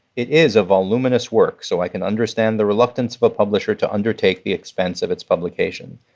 it is a voluminous work, so i can understand the reluctance of a publisher to undertake the expense of its publication.